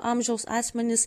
amžiaus asmenis